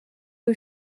rue